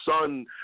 son